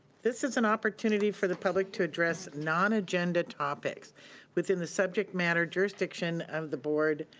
this is an opportunity for the public to address non-agenda topics within the subject matter jurisdiction of the board,